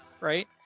right